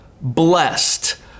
blessed